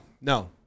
no